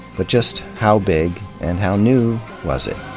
but just how big, and how new, was it?